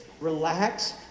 Relax